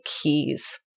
keys